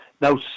Now